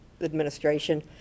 administration